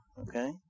Okay